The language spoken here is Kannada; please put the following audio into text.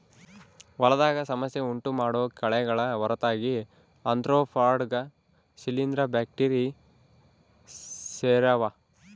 ಹೊಲದಾಗ ಸಮಸ್ಯೆ ಉಂಟುಮಾಡೋ ಕಳೆಗಳ ಹೊರತಾಗಿ ಆರ್ತ್ರೋಪಾಡ್ಗ ಶಿಲೀಂಧ್ರ ಬ್ಯಾಕ್ಟೀರಿ ಸೇರ್ಯಾವ